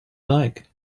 like